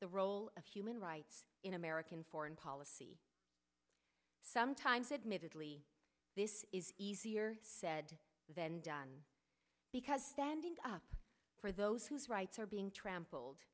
the role of human rights in american foreign policy sometimes admittedly this is easier said than done because standing up for those whose rights are being trampled